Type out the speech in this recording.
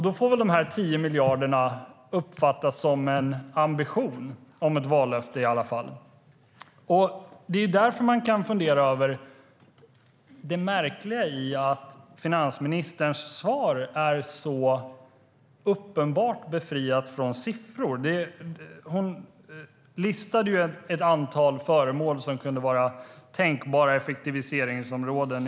Då får väl dessa 10 miljarder uppfattas åtminstone som en ambition om ett vallöfte. Det är därför man kan fundera över det märkliga i att finansministerns svar är så uppenbart befriat från siffror. Hon listade ett antal tänkbara effektiviseringsområden.